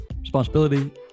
responsibility